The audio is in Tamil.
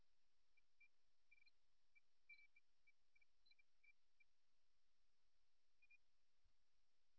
இணையான நிலைப்பாடு அல்லது கவனத்தை ஒரு அர்ப்பணிப்பு இல்லாமல் நடுநிலை மனப்பான்மையைக் காட்டும்